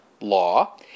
Law